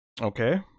Okay